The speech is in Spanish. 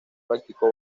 practicó